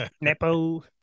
Nepo